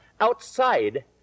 outside